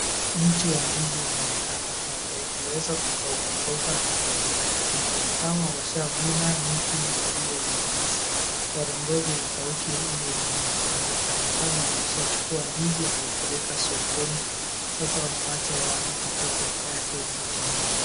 Mti wa ndizi inaonekana hapa. Imeweza kukauka kauka na kukatika katika. Ni kama washavuna miti hii, hiyo ya ndizi. Wanangoja ikauke iwe ni yenye kuanguka. Ni kama wameshachukua ndizi wakaipeleka sokoni, sasa wamewacha yaanguke peke yake miti hio.